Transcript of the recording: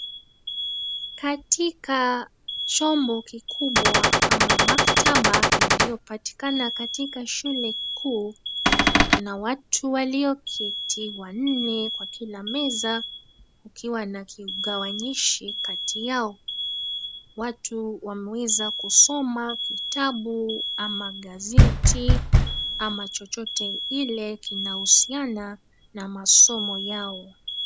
Katika chombo kikubwa ama maktaba iliyopatikana katika shule kuu, Kuna watu walioketi, wanne kwa Kila meza, kukiwa na kigawanyishi kati yao. Watu wameweza kusoma kitabu ama gazeti ama chochote ile kinahusiana na masomo Yao.